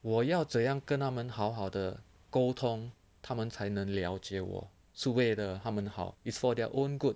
我要怎样跟他们好好的沟通他们才能了解我是为了他们好 is for their own good